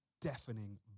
deafening